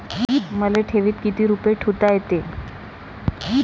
मले ठेवीत किती रुपये ठुता येते?